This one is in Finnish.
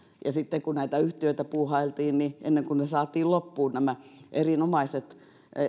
ja sitten kun näitä yhtiöitä puuhailtiin niin ennen kuin ne saatiin loppuun nämä erinomaiset